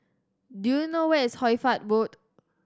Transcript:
do you know where is Hoy Fatt Road